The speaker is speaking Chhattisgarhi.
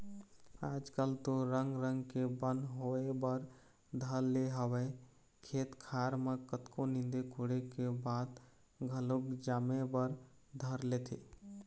आज कल तो रंग रंग के बन होय बर धर ले हवय खेत खार म कतको नींदे कोड़े के बाद घलोक जामे बर धर लेथे